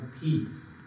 peace